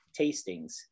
tastings